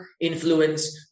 influence